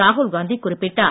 ராகுல் காந்தி குறிப்பிட்டார்